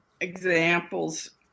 examples